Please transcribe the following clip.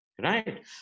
Right